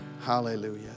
Hallelujah